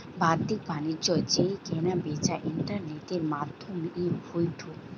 বাদ্দিক বাণিজ্য যেই কেনা বেচা ইন্টারনেটের মাদ্ধমে হয়ঢু